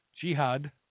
jihad